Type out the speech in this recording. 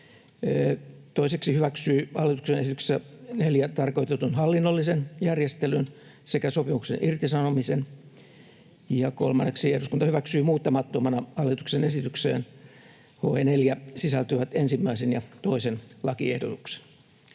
se hyväksyy hallituksen esityksessä 4 tarkoitetun hallinnollisen järjestelyn sekä sopimuksen irtisanomisen, ja kolmanneksi, että eduskunta hyväksyy muuttamattomana hallituksen esitykseen HE 4 sisältyvät 1. ja 2. lakiehdotuksen.